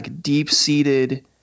deep-seated